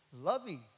loving